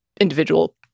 individual